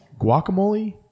Guacamole